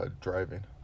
driving